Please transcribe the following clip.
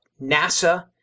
NASA